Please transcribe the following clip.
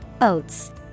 Oats